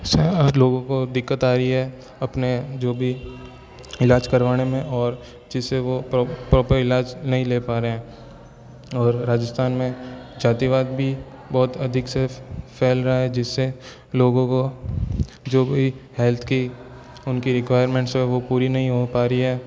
लोगों को दिक्कत आ रही है अपने जो भी इलाज करवाने में और जिससे वो प्रॉपर इलाज नहीं ले पा रहे हैं और राजस्थान में जातिवाद भी बहुत अधिक से फ़ैल रहा है जिससे लोगों को जो भी हेल्थ की उनकी रिक्वायरमेंट्स हैं वो पूरी नहीं हो पा रही है